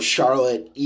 Charlotte